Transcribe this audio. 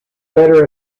better